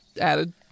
Added